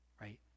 Right